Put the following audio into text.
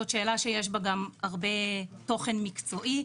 זו שאלה שיש בה גם הרבה תוכן מקצועי.